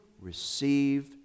receive